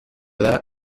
that